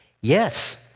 yes